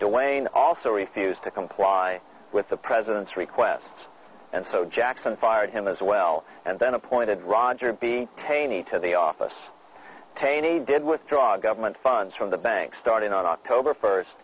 to wayne also refused to comply with the president's request and so jackson fired him as well and then appointed roger b taney to the office taney did withdraw government funds from the bank starting on october first